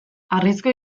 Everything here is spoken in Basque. harrizko